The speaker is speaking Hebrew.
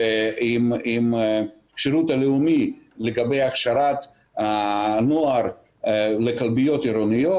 ועם השירות הלאומי לגבי הכשרת הנוער לכלביות עירוניות.